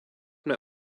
mne